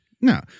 No